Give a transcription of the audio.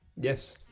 Yes